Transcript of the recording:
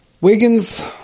Wiggins